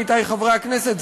עמיתי חברי הכנסת,